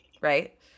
right